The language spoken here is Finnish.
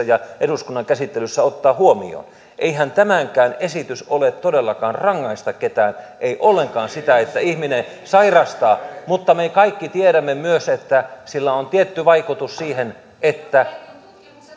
ja eduskunnan käsittelyssä ottaa huomioon eihän tämänkään esityksen tarkoitus ole todellakaan rangaista ketään ei ollenkaan sitä että ihminen sairastaa mutta me kaikki tiedämme myös että sillä on tietty vaikutus siihen